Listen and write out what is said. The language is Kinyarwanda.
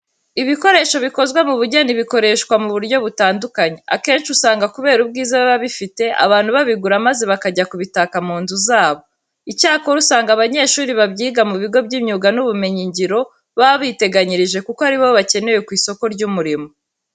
Ibikoresho bikozwe mu bugeni bikoreshwa mu buryo butandukanye. Akenshi usanga kubera ubwiza biba bifite, abantu babigura maze bakajya kubitaka mu nzu zabo. Icyakora usanga abanyeshuri babyiga mu bigo by'imyuga n'ubumenyingiro, baba biteganyirije kuko ari bo bakenewe ku isoko ry'umurimo.